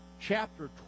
chapter